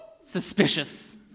Suspicious